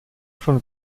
von